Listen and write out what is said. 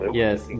yes